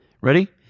Ready